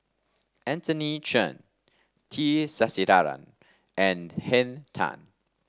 Anthony Chen T Sasitharan and Henn Tan